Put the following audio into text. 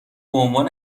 عنوان